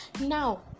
Now